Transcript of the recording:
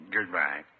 Goodbye